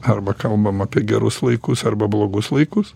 arba kalbam apie gerus laikus arba blogus laikus